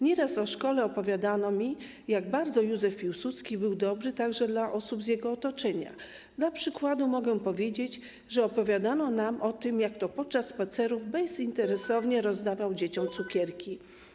Nie raz w szkole mi opowiadano, jak bardzo Józef Piłsudski był dobry także dla osób w jego otoczeniu, dla przykładu mogę powiedzieć, że opowiadano nam o tym, jak to podczas spacerów bezinteresownie rozdawał dzieciom cukierki.